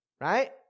right